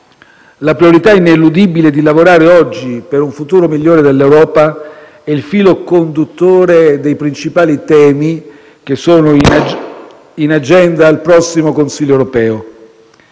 La priorità ineludibile di lavorare oggi per un futuro migliore dell'Europa è il filo conduttore dei principali temi che sono in agenda al prossimo Consiglio europeo: